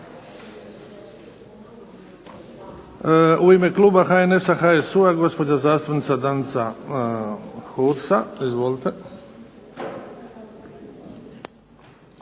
U ime kluba HNS-a, HSU-a gospođa zastupnica Danica Hursa. Izvolite.